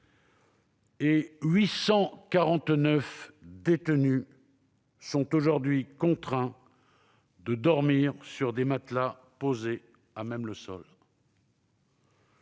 et 849 détenus sont aujourd'hui contraints de dormir sur des matelas posés à même le sol.